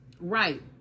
Right